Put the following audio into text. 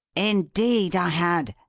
indeed i had,